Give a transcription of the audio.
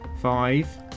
five